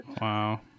Wow